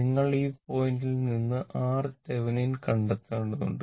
നിങ്ങൾ ഈ പോയിന്റിൽ നിന്ന് RThevenin കണ്ടെത്തേണ്ടതുണ്ട്